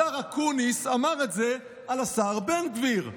השר אקוניס אמר את זה על השר בן גביר.